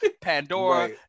Pandora